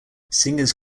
singers